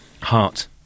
heart